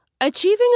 Achieving